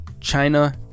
China